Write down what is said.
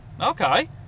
Okay